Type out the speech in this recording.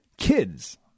Kids